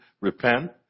repent